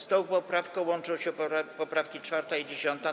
Z tą poprawką łączą się poprawki 4. i 10.